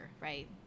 right